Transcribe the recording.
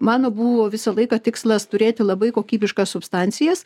mano buvo visą laiką tikslas turėti labai kokybiškas substancijas